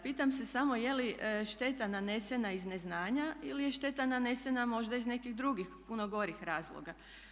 Pitam se samo je li šteta nanesena iz neznanja ili je šteta nanesena možda iz nekih drugih puno gorih razloga.